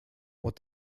what